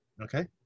Okay